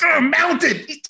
mounted